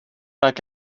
like